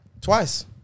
Twice